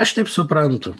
aš taip suprantu